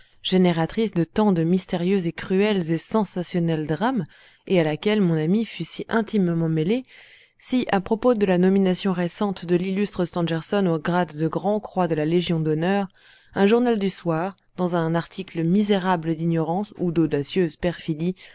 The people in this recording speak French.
génératrice de tant de mystérieux et cruels et sensationnels drames et à laquelle mon ami fut si intimement mêlé si à propos de la nomination récente de l'illustre stangerson au grade de grand-croix de la légion d'honneur un journal du soir dans un article misérable d'ignorance ou d'audacieuse perfidie